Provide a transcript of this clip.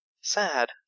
Sad